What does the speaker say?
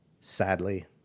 Sadly